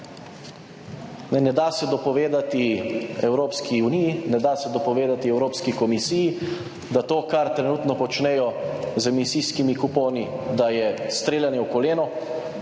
Ne da se dopovedati Evropski uniji, ne da se dopovedati Evropski komisiji, da to kar trenutno počnejo z emisijskimi kuponi, da je streljanje v koleno.